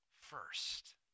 first